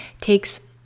takes